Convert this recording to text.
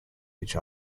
each